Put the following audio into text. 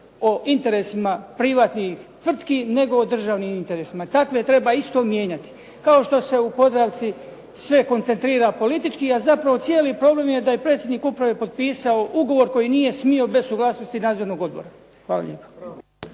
o interesima privatnih tvrtki nego o državnim interesima takve treba isto mijenjati. Kao što se u Podravci sve koncentrira politički a zapravo cijeli problem je da je predsjednik uprave potpisati ugovor koji nije smio bez suglasnosti nadzornog odbora. Hvala lijepa.